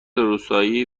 روستایی